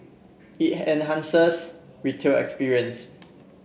it enhances retail experience